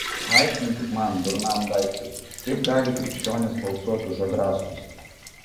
paaiškinkit man durnam daiktui kaip gali krikščionys balsuot už agrastus